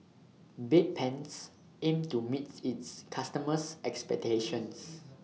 Bedpans aims to meet its customers' expectations